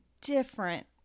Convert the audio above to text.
different